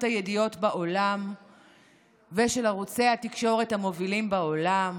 הידיעות בעולם ושל ערוצי התקשורת המובילים בעולם,